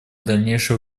дальнейшее